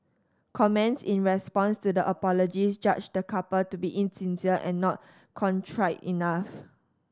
comments in response to the apologies judged the couple to be insincere and not contrite enough